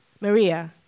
Maria